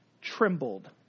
trembled